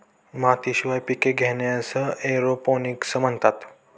मातीशिवाय पिके घेण्यास एरोपोनिक्स म्हणतात